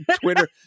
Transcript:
Twitter